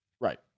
Right